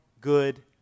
good